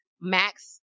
max